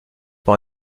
par